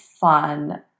fun